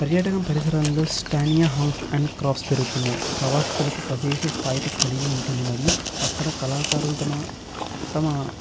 పర్యటన పరిసరాల్లో స్టానియా హామ్స్ అండ్ క్రాస్ పెరుగుతున్నాయి ప్రావసితులకు ప్రదేశ స్థాయిత కలిగి ఉంటుంది మరియు అక్కడ కళాకారులతోమా తమ